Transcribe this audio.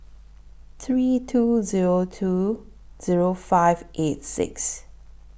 three two Zero two Zero five eight six